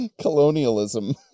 Colonialism